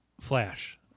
flash